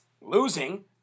losing